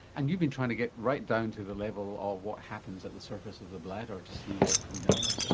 and you've been trying to get right down to the level of what happens at the surface of the bladder to see what can be done about it.